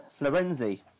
Florenzi